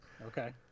Okay